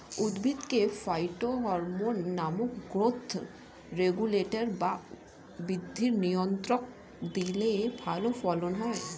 উদ্ভিদকে ফাইটোহরমোন নামক growth regulator বা বৃদ্ধি নিয়ন্ত্রক দিলে ভালো ফলন হয়